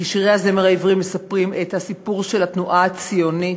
כי שירי הזמר העברי מספרים את הסיפור של התנועה הציונית,